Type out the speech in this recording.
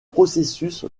processus